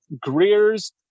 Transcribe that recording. Greer's